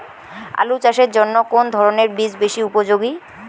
আলু চাষের জন্য কোন ধরণের বীজ বেশি উপযোগী?